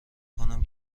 کنم